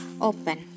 open